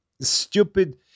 stupid